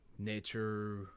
Nature